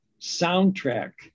soundtrack